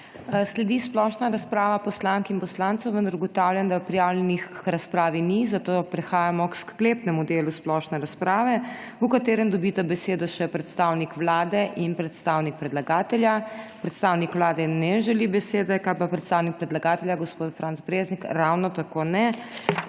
Sledi splošna razprava poslank in poslancev, vendar ugotavljam, da prijavljenih k razpravi ni, zato prehajamo k sklepnemu delu splošne razprave, v katerem dobita besedo še predstavnik Vlade in predstavnik predlagatelja. Predstavnik Vlade ne želi besede. Kaj pa predstavnik predlagatelja gospod Franc Breznik? Ravno tako ne.